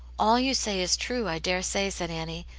all you say is true, i daresay, said annie.